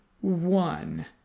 one